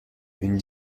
une